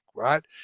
Right